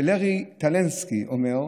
לרי טלנסקי אומר: